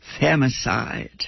femicide